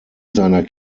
seiner